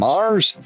Mars